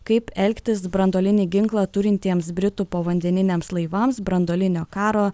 kaip elgtis branduolinį ginklą turintiems britų povandeniniams laivams branduolinio karo